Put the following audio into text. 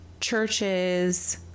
churches